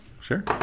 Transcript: Sure